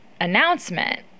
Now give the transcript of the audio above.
announcement